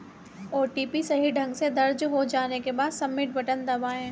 OTP सही ढंग से दर्ज हो जाने के बाद, सबमिट बटन दबाएं